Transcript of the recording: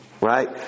right